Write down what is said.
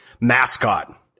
mascot